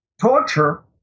torture